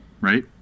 Right